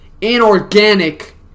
inorganic